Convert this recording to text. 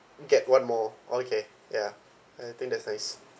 get one more okay ya I think that's nice